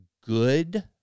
good